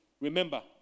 Remember